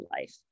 life